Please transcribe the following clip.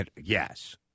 Yes